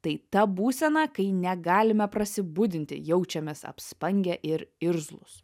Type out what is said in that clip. tai ta būsena kai negalime prasibudinti jaučiamės apspangę ir irzlūs